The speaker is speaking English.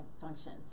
function